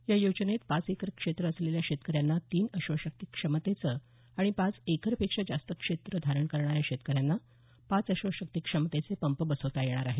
या योजनेत पाच एकर क्षेत्र असलेल्या शेतकऱ्यांना तीन अश्वशक्ती क्षमतेचे आणि पाच एकरपेक्षा जास्त क्षेत्र धारण करणाऱ्या शेतकऱ्यांना पाच अश्वशक्ती क्षमतेचे पंप बसवता येणार आहेत